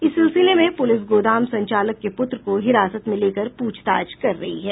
इस सिलसिले में पुलिस गोदाम संचालक के पुत्र को हिरासत में लेकर पूछताछ कर रही है